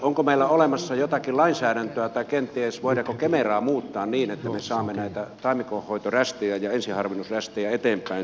onko meillä olemassa jotakin lainsäädäntöä tai kenties voidaanko kemeraa muuttaa niin että me saamme näitä taimikonhoitorästejä ja ensiharvennusrästejä eteenpäin